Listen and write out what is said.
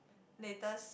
latest